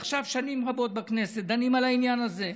עכשיו, שנים רבות בכנסת דנים על העניין הזה.